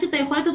הזאת